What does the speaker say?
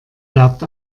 glaubt